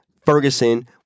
Ferguson